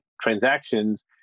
transactions